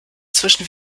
zwischen